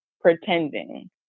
pretending